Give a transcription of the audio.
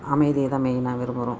அமைதியை தான் மெயினாக விரும்புகிறோம்